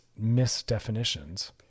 misdefinitions